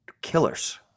killers